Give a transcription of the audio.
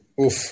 Oof